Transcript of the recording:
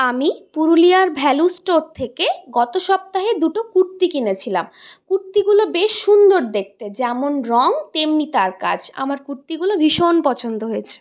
আমি পুরুলিয়ার value store থেকে গত সপ্তাহে দুটো কুর্তি কিনেছিলাম কুর্তিগুলো বেশ সুন্দর দেখতে যেমন রঙ তেমনি তার কাজ আমার কুর্তিগুলো ভীষণ পছন্দ হয়েছে